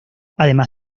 además